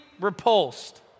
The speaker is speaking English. repulsed